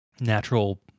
natural